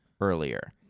earlier